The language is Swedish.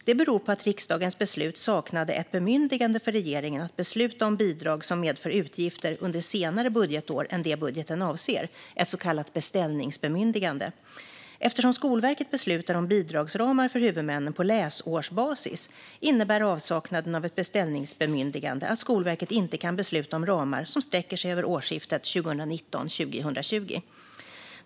Det beror på att riksdagens beslut saknade ett bemyndigande för regeringen att besluta om bidrag som medför utgifter under senare budgetår än det som budgeten avser, ett så kallat beställningsbemyndigande. Eftersom Skolverket beslutar om bidragsramar för huvudmännen på läsårsbasis innebär avsaknaden av ett beställningsbemyndigande att Skolverket inte kan besluta om ramar som sträcker sig över årsskiftet 2019/2020.